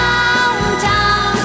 Downtown